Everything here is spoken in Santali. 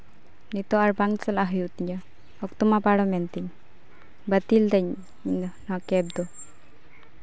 ᱱᱤᱛᱟᱹᱜ ᱵᱟᱝ ᱪᱟᱞᱟᱣ ᱦᱩᱭᱩᱜ ᱛᱤᱧᱟ ᱚᱠᱛᱚ ᱢᱟ ᱯᱟᱨᱚᱢᱮᱱ ᱛᱮᱧ ᱵᱟᱹᱛᱤᱞ ᱫᱤᱧ ᱚᱱᱟ ᱠᱮᱵᱽ ᱫᱚ